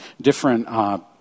different